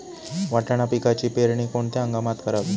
वाटाणा पिकाची पेरणी कोणत्या हंगामात करावी?